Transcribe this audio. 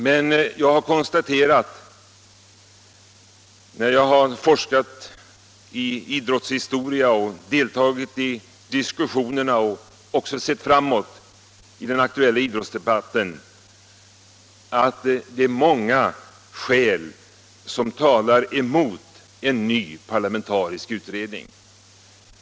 Men jag har konstaterat när jag har forskat i idrottshistoria, deltagit i diskussionerna och även sett framåt i den aktuella idrottsdebatten, att många skäl talar emot en ny parlamentarisk utredning.